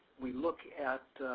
we look at